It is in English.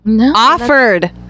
offered